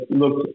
look